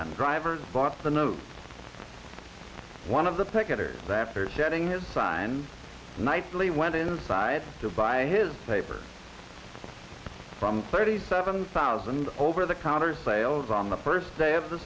and drivers bought the notes one of the picketers after setting his sign nightly went inside to buy his paper from thirty seven thousand over the counter sales on the first day of the